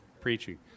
preaching